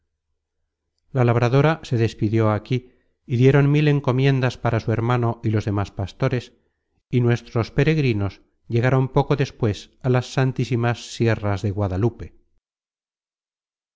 la labradora se despidió aquí y dieron mil encomiendas para su hermano y los demas pastores y nuestros peregrinos llegaron poco a poco á las santísimas sierras de guadalupe